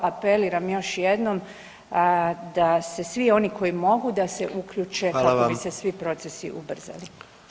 Apeliram još jednom da se svi oni koji mogu da se uključe kako bi se svi procesi ubrzali.